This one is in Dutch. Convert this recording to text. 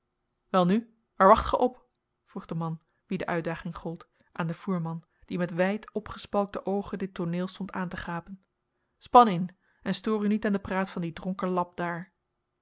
welnu waar wacht gij op vroeg de man wien de uitdaging gold aan den voerman die met wijd opgespalkte oogen dit tooneel stond aan te gapen span in en stoor u niet aan de praat van dien dronken lap daar